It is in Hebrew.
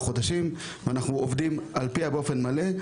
חודשים ואנחנו עובדים על פיה באופן מלא.